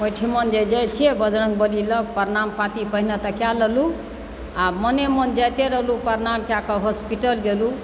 ओहिठाम जे जाइ छियै बजरङ्गबली लग प्रणाम पाती पहिने तऽ कए लेलहुँ आओर मने मन जाइते रहलहुँ प्रणाम कए कऽ हॉस्पिटल गेलहुँ